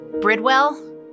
Bridwell